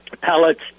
pellets